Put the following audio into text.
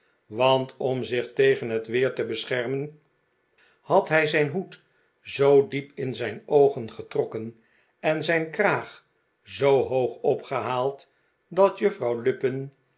want om zich tegen het weer te beschermen had hij zijn hoed zoo diep in zijn oogen getrokken en zijn kraag zoo hoog opgehaald dat juffrouw lupin